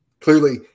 clearly